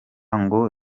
ngo